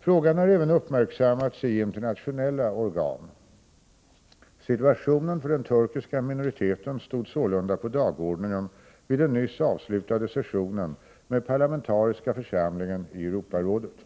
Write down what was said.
Frågan har även uppmärksammats i internationella organ. Situationen för den turkiska minoriteten stod sålunda på dagordningen vid den nyss avslutade sessionen med parlamentariska församlingen i Europarådet.